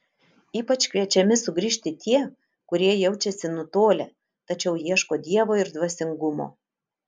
ypač kviečiami sugrįžti tie kurie jaučiasi nutolę tačiau ieško dievo ir dvasingumo